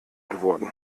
geworden